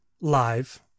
live